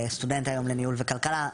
סטודנט היום לניהול וכלכלה.